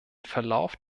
verlauf